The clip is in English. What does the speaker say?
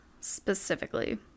specifically